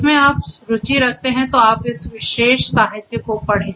इसमें आप रुचि रखते हैं तो आप इस विशेष साहित्य को पढ़ें